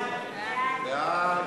לתיקון